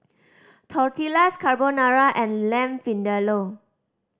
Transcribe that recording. Tortillas Carbonara and Lamb Vindaloo